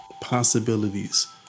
possibilities